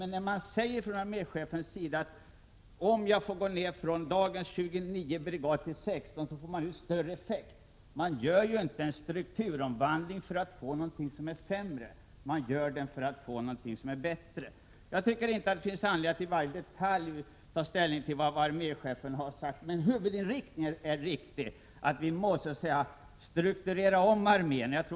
Men arméchefen erkänner: Om jag får gå ned från dagens 29 brigader till 16, ger det större effekt. Man gör ju inte en strukturomvandling för att få någonting som är sämre, utan man gör en sådan för att få någonting som är bättre. Jag tycker inte att det finns anledning att i varje detalj ta ställning till vad arméchefen har sagt. Men huvudinriktningen är riktig, dvs. att vi måste strukturera om armén.